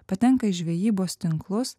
patenka į žvejybos tinklus